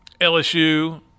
LSU